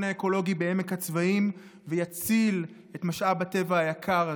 האקולוגי בעמק הצבאים ויציל את משאב הטבע היקר הזה.